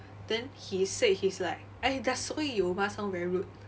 then he said he's like !aiya! that's why your 吗 sound very rude